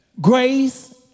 Grace